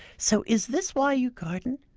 so is this why you garden?